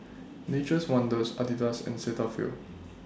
Nature's Wonders Adidas and Cetaphil